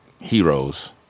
heroes